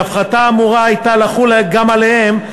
שההפחתה אמורה הייתה לחול גם עליהם,